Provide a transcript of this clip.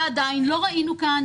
עדיין לא ראינו כאן,